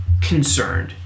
concerned